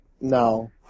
No